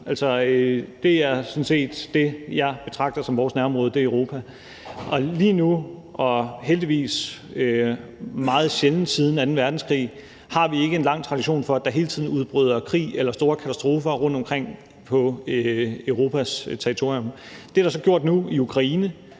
det er sådan set det, jeg betragter som vores nærområde – det er Europa. Der har siden anden verdenskrig ikke været en lang tradition for, at der hele tiden udbryder krig eller kommer store katastrofer rundtomkring på Europas territorium – det sker heldigvis